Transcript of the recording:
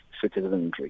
citizenry